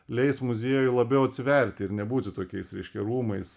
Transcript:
leis muziejui labiau atsiverti ir nebūti tokiais reiškia rūmais